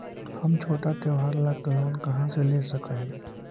हम छोटा त्योहार ला लोन कहाँ से ले सक ही?